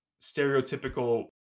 stereotypical